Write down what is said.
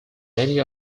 many